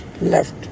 left